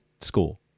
school